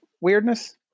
weirdness